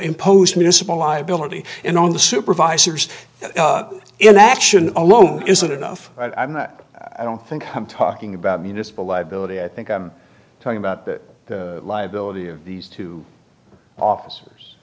impose municipal liability in on the supervisors in action alone isn't enough i'm not i don't think i'm talking about municipal liability i think i'm talking about the liability of these two officers